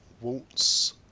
waltz